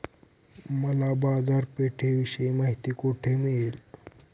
मला बाजारपेठेविषयी माहिती कोठे मिळेल?